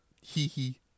Hee-hee